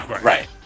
Right